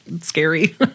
scary